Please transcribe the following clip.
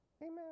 Amen